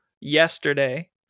yesterday